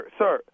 sir